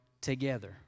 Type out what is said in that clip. together